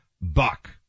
buck